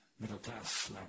middle-class